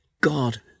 God